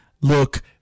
look